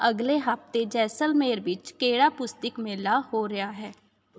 ਅਗਲੇ ਹਫ਼ਤੇ ਜੈਸਲਮੇਰ ਵਿੱਚ ਕਿਹੜਾ ਪੁਸਤਕ ਮੇਲਾ ਹੋ ਰਿਹਾ ਹੈ